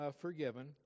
forgiven